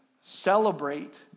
celebrate